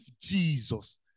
Jesus